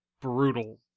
brutal